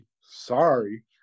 Sorry